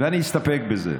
ואני אסתפק בזה.